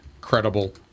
credible